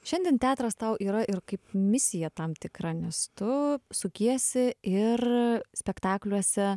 šiandien teatras tau yra ir kaip misija tam tikra nes tu sukiesi ir spektakliuose